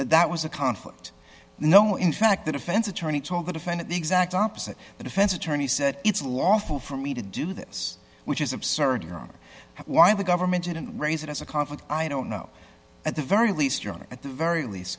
that was a conflict no in fact the defense attorney told the defendant the exact opposite the defense attorney said it's lawful for me to do this which is absurd your honor why the government didn't raise it as a conflict i don't know at the very least your honor at the very least